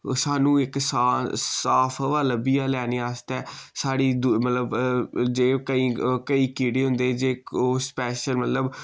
स्हानू इक साफ हवा लब्भी जा लैने आस्तै साढ़ी दू मतलब जेब मतलब केईं केईं कीड़े होंदे जे ओह् स्पैशल मतलब